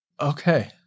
Okay